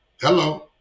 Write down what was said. Hello